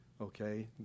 Okay